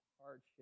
hardship